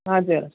हजुर